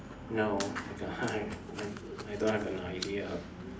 no I I I don't have an idea of